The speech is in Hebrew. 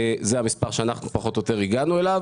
לכך, לעשות